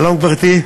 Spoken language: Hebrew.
שלום, גברתי,